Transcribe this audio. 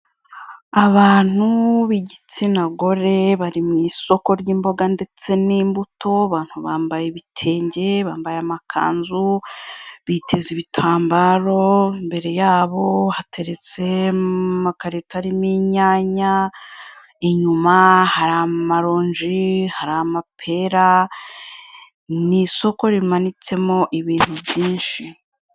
Abantu b'igitsina gore bari mu isoko ry'imboga ndetse n'imbuto, abantu bambaye ibitenge, bambaye amakanzu, biteze ibitambaro, imbere yabo hateretse amakarito arimo inyanya, inyuma hari amaronji, hari amapera, ni isoko rimanitsemo ibintu byinshi.